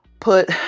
put